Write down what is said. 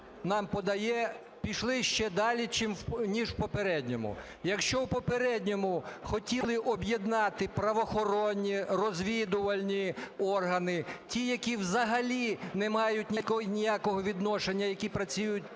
нам подає, пішли ще далі, ніж в попередньому. Якщо в попередньому хотіли об'єднати правоохоронні, розвідувальні органи - ті, які взагалі не мають ніякого відношення, які працюють